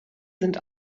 sind